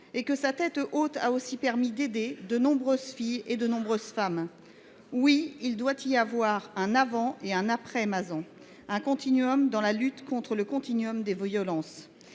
gardant la tête haute, elle a permis d’aider de nombreuses filles et de nombreuses femmes. Oui, il doit y avoir un avant et un après Mazan, un continuum dans la lutte contre le continuum des violences.